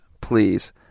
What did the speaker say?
please